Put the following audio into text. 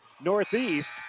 Northeast